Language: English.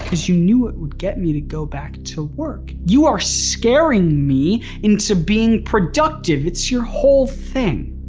cause you knew it would get me to go back to work. you are scaring me into being productive, it's your whole thing,